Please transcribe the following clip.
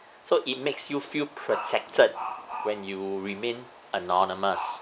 so it makes you feel protected when you remain anonymous